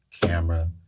camera